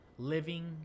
Living